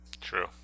True